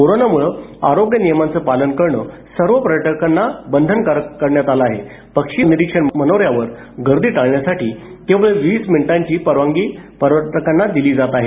corona मुळे आरोग्य नियमांचं पालन करणं सर्व पर्यटकांना बंधनकारक असून पक्षी निरीक्षण मनोऱ्यावर गर्दी टाळण्यासाठी केवळ वीस मिनिटांची परवानगी पर्यटकांना दिली जात आहे